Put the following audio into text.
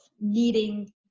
needing